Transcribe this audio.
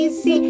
see